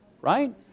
Right